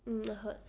mm I heard